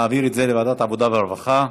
להעביר את זה לוועדת העבודה והרווחה.